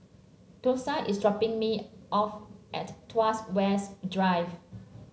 Thursa is dropping me off at Tuas West Drive